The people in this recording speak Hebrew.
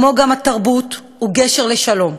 כמו גם התרבות, הוא גשר לשלום,